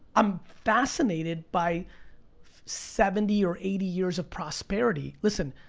i'm fascinated by seventy or eighty years of prosperity. listen,